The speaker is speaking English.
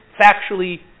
factually